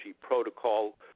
protocol